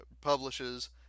publishes